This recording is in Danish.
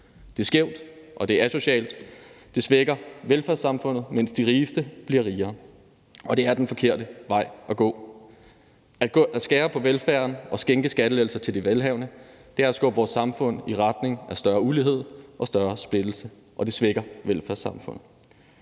Det er skævt, og det er asocialt. Det svækker velfærdssamfundet, mens de rigeste bliver rigere, og det er den forkerte vej at gå. At skære på velfærden og skænke skattelettelser til de velhavende har skubbet vores samfund i retning af større ulighed og større splittelse, og det svækker velfærdssamfundet.